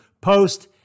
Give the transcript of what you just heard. post